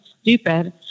stupid